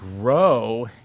grow